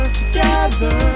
together